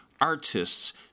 artists